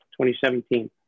2017